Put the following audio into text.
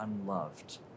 unloved